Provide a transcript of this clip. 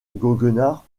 goguenard